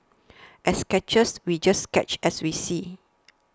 as sketchers we just sketch as we see